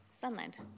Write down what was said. Sunland